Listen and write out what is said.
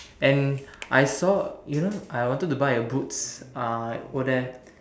and I saw you know I wanted to buy a boots uh over there